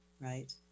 right